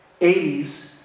80s